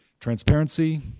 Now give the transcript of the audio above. Transparency